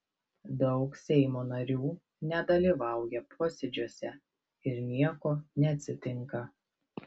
daug seimo narių nedalyvauja posėdžiuose ir nieko neatsitinka